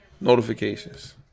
Notifications